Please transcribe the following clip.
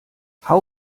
how